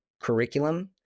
curriculum